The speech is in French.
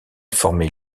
formait